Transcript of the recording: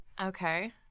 okay